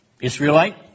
Israelite